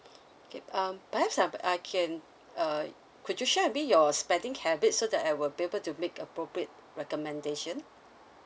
okay um perhaps I uh I can uh could you share with me your spending habits so that I will be able to make appropriate recommendation